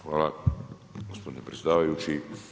Hvala gospodine predsjedavajući.